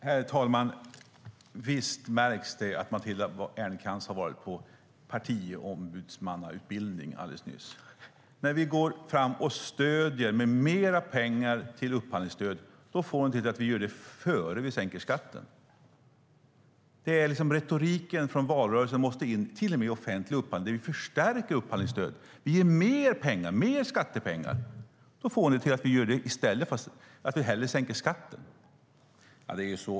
Herr talman! Visst märks det att Matilda Ernkrans har varit på partiombudsmannautbildning alldeles nyss! När vi går fram med mer pengar till upphandlingsstöd får hon det till att vi ändå hellre sänker skatten. Retoriken från valrörelsen måste in till och med i en diskussion om offentlig upphandling. Vi förstärker upphandlingsstödet och ger mer pengar, mer skattepengar, och det får hon till att vi hellre sänker skatten.